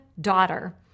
daughter